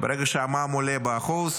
ברגע שהמע"מ עולה ב-1%,